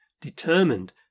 determined